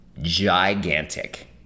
gigantic